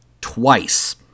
twice